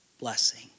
blessing